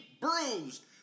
bruised